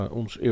ons